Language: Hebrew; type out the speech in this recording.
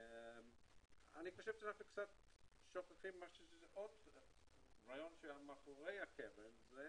אני חושב שאנחנו שוכחים קצת את הרעיון שמאחורי הקרן וזה